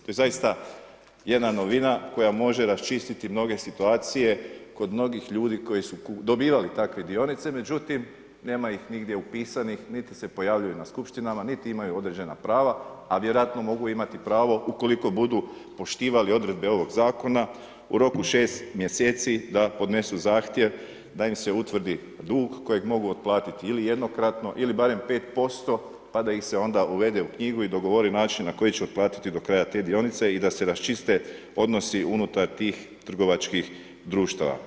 To je zaista jedna novina koja može raščistiti mnoge situacije kod mnogih ljudi koji su dobivali takve dionice međutim, nema ih nigdje upisanih niti se pojavljuje na skupštinama niti imaju određena prava a vjerojatno mogu imati pravo ukoliko budu poštivali odredbe ovoga zakona u roku 6 mjeseci da podnesu zahtjev da im se utvrdi dug kojeg mogu otplatiti ili jednokratno ili barem 5% pa da ih se onda uvede u knjigu i dogovori način na koji će otplatiti do kraj te dionice i da se raščiste odnosi unutar tih trgovačkih društava.